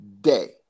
day